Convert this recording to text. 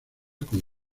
con